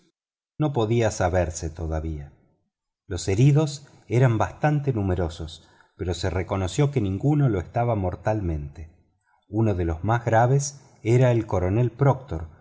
no podía saberse todavía los heridos eran bastantes numerosos pero se reconoció que ninguno lo estaba mortalmente uno de los más graves era el coronel proctor